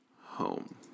home